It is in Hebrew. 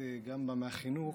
גם את באה מהחינוך,